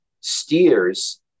steers